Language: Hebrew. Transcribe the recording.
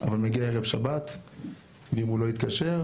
אבל מגיע ערב שבת ואם הוא לא יתקשר,